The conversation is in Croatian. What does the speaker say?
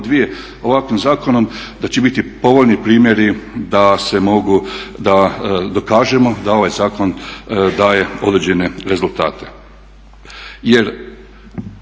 ovakvim zakonom da će biti povoljni primjeri da dokažemo da ovaj zakon daje određene rezultate.